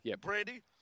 Brandy